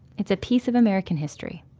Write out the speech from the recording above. it's a piece of american history